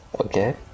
Okay